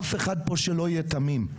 אף אחד פה שלא יהיה תמים.